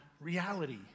reality